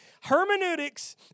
Hermeneutics